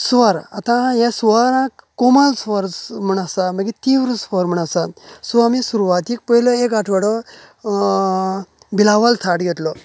स्वर आतां ह्ये स्वराक उमाज स्वर म्हण् आसा मागीर तिव्र स्वर म्हणता आसा सो आमी सुरवाती पयले एक आठवडो बिलावल थाट घेतलो